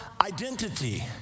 identity